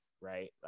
right